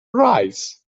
rise